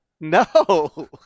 No